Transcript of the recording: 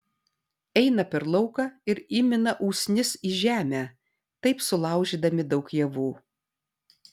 eina per lauką ir įmina usnis į žemę taip sulaužydami daug javų